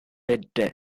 பெற்ற